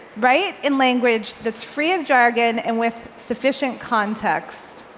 write in language that's free of jargon and with sufficient context.